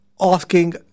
asking